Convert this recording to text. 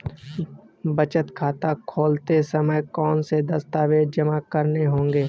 बचत खाता खोलते समय कौनसे दस्तावेज़ जमा करने होंगे?